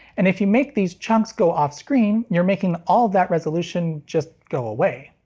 and if you make these chunks go offscreen, you're making all of that resolution just go away.